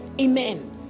Amen